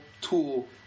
tool